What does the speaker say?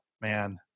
man